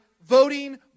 voting